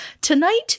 tonight